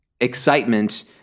excitement